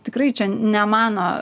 tikrai čia ne mano